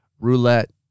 roulette